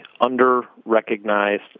under-recognized